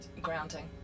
grounding